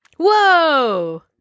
Whoa